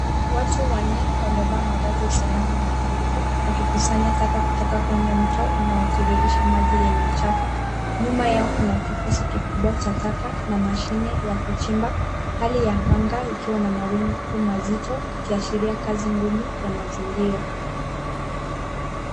Watu wanne wamevaa mavazi ya usalama na glovu wakikusanya taka kutoka kwenye mto unaotiririsha maji yenye uchafu . Nyuma yao kuna kifusi kikubwa cha taka na mashine ya kuchimba. Hali ya anga ikiwa na mawingu mazito yakiashiria kazi ngumu ya mazingira.